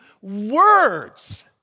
words